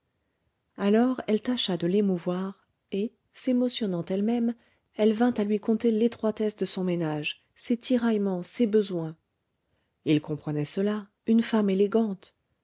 alors elle tâcha de l'émouvoir et s'émotionnant elle-même elle vint à lui conter l'étroitesse de son ménage ses tiraillements ses besoins il comprenait cela une femme élégante